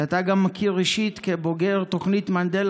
שאתה גם מכיר אישית כבוגר תוכנית מנדל,